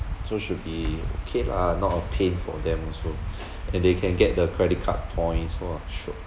so should be okay lah not a pain for them also and they can get the credit card points for sure